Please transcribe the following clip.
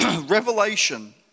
Revelation